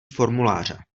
formuláře